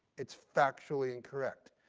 it's factually incorrect.